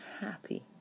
happy